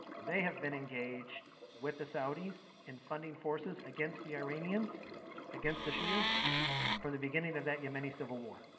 they have been engaged with the saudis and funding forces against the iranians against the shias from the beginning of that the yemeni civil war.